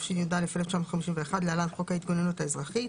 התשי"א-1951 (להלן חוק ההתגוננות האזרחית),